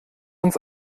uns